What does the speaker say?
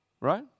right